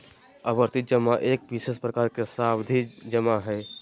आवर्ती जमा एक विशेष प्रकार के सावधि जमा हइ